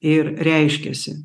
ir reiškiasi